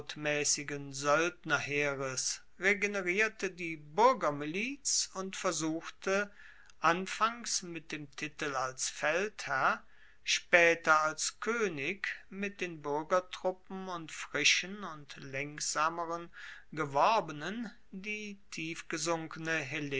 soeldnerheeres regenerierte die buergermiliz und versuchte anfangs mit dem titel als feldherr spaeter als koenig mit den buergertruppen und frischen und lenksameren geworbenen die tiefgesunkene